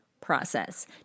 process